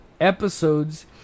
episodes